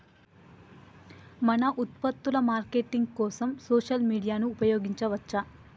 మన ఉత్పత్తుల మార్కెటింగ్ కోసం సోషల్ మీడియాను ఉపయోగించవచ్చా?